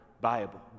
Bible